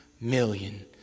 million